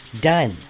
Done